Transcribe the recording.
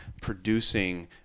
producing